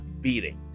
beating